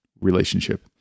relationship